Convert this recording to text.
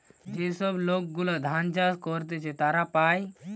যে সব লোক গুলা ধান চাষ করতিছে তারা পায়